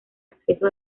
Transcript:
acceso